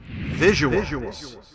Visuals